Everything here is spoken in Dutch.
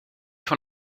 van